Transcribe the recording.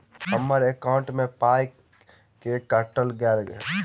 हम्मर एकॉउन्ट मे पाई केल काटल गेल एहि